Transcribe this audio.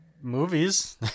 movies